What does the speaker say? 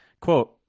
Quote